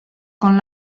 con